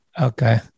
Okay